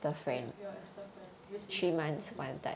your your esther friend